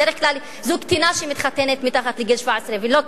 בדרך כלל זו קטינה שמתחתנת מתחת לגיל 17 ולא קטין,